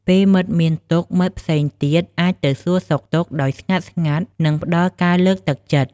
ពេលមិត្តមានទុក្ខ មិត្តផ្សេងទៀតអាចទៅសួរសុខទុក្ខដោយស្ងាត់ៗ និងផ្ដល់ការលើកទឹកចិត្ត។